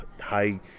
high –